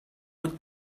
would